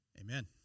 Amen